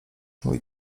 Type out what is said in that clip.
mój